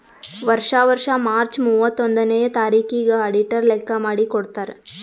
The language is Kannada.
ವರ್ಷಾ ವರ್ಷಾ ಮಾರ್ಚ್ ಮೂವತ್ತೊಂದನೆಯ ತಾರಿಕಿಗ್ ಅಡಿಟರ್ ಲೆಕ್ಕಾ ಮಾಡಿ ಕೊಡ್ತಾರ್